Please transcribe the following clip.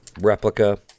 replica